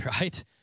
right